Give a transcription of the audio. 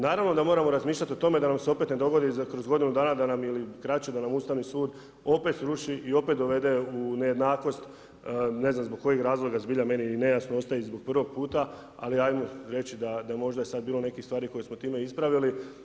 Naravno da moramo razmišljati o tome, da nam se opet ne dogodi, da kroz godinu dana, da nam ili harači, da nam Ustavni sud, opet sruši i opet dovede u nejednakost, ne znam, zbog kojeg razloga, zbilja meni nejasno ostaje i zbog prvog puta, ali ajmo reći da je možda sad bilo nekih stvari koje smo time ispravili.